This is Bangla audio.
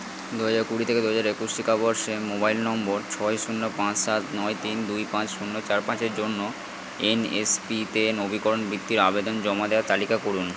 দু হাজার কুড়ি থেকে দু হাজার একুশ শিক্ষাবর্ষে মোবাইল নম্বর ছয় শূন্য পাঁচ সাত নয় তিন দুই পাঁচ শূন্য চার পাঁচ এর জন্য এনএসপি তে নবীকরণ বৃত্তির আবেদন জমা দেওয়ার তালিকা করুন